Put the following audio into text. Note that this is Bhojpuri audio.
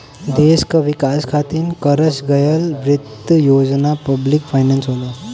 देश क विकास खातिर करस गयल वित्त योजना पब्लिक फाइनेंस होला